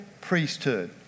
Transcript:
priesthood